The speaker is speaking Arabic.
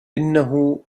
إنه